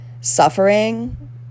suffering